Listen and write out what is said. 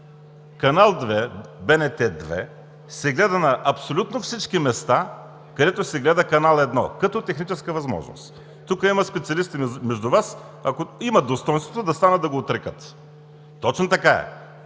канал 2, БНТ 2 се гледа на абсолютно всички места, където се гледа канал 1 като техническа възможност. Между Вас има специалисти, ако имат достойнство, да станат да го отрекат. (Реплики.) Точно така е.